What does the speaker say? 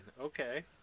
okay